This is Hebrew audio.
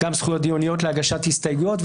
גם על זכויות דיוניות להגשת הסתייגויות,